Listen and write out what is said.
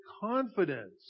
confidence